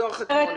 מדברת?